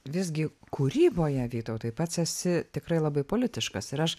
visgi kūryboje vytautai pats esi tikrai labai politiškas ir aš